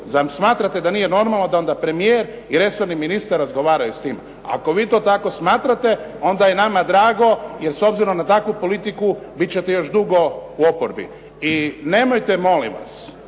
Zar smatrate da nije normalno, da onda premijer i resorni ministar razgovaraju sa tim? Ako vi to tako smatrate, onda je nama drago, jer s obzirom na takvu politiku biti ćete još dugo u oporbi. I nemojte molim vas,